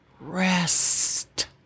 rest